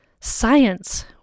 Science